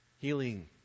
healing